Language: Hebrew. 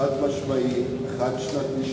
חודשים רבים עבדנו,